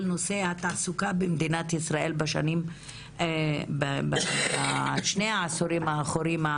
כל נושא התעסוקה בישראל נפגע בשני העשורים האחרונים,